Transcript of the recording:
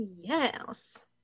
Yes